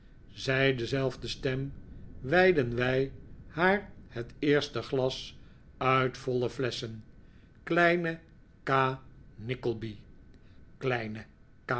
zei dezelfde stem wijden wij haar het eerste glas uit voile flesschen kleine ka nickleby kleine